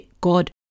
God